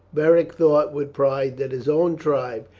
beric thought with pride that his own tribe,